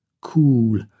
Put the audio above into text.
cool